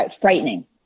frightening